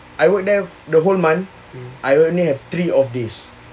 I work there the whole month I only have three off days